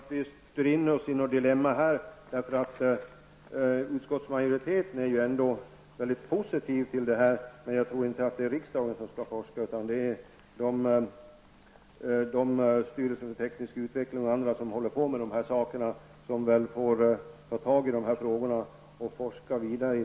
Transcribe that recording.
Herr talman! Jag tycker inte att vi styr in oss i något dilemma. Utskottsmajoriteten är ändock mycket positiv till detta. Men jag tror inte att riksdagen skall forska. Styrelsen för teknisk utveckling m.fl. som håller på med dessa frågor får väl ta tag i dessa frågor och forska vidare.